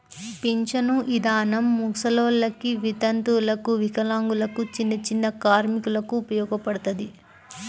పింఛను ఇదానం ముసలోల్లకి, వితంతువులకు, వికలాంగులకు, చిన్నచిన్న కార్మికులకు ఉపయోగపడతది